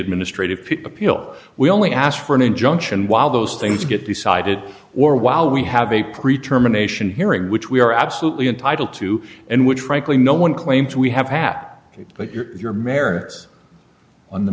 administrative people we only ask for an injunction while those things get decided or while we have a pre term a nation hearing which we are absolutely entitled to and which frankly no one claims we have half but you're merits on the